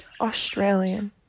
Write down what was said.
australian